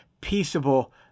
peaceable